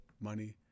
money